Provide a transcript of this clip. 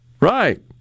Right